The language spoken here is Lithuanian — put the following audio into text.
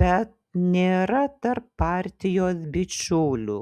bet nėra tarp partijos bičiulių